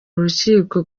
urukiko